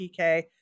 pk